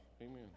Amen